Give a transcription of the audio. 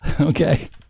Okay